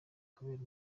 kubera